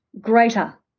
greater